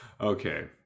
okay